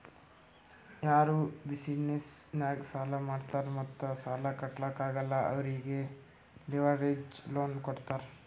ಯಾರು ಬಿಸಿನೆಸ್ ನಾಗ್ ಸಾಲಾ ಮಾಡಿರ್ತಾರ್ ಮತ್ತ ಸಾಲಾ ಕಟ್ಲಾಕ್ ಆಗಲ್ಲ ಅವ್ರಿಗೆ ಲಿವರೇಜ್ ಲೋನ್ ಕೊಡ್ತಾರ್